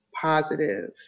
positive